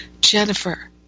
Jennifer